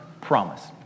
promise